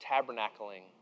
tabernacling